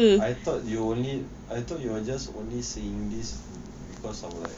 I thought you only I thought you will just only saying this because of like